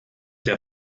der